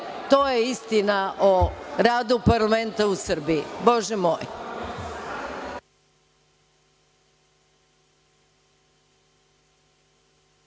to je istina o radu parlamenta u Srbiji.(Posle